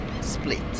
split